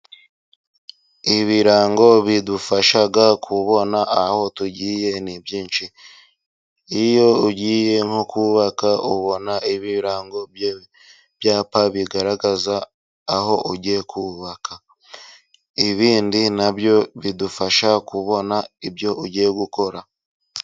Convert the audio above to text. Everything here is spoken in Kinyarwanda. Ibirango bidufasha kubona aho tugiye ni byinshi, iyo ugiye nko kubaka ubona ibirango, by'ibyapa bigaragaza aho ugiye kubaka, ibindi nabyo bidufasha kubona ibyo ugiye gukora.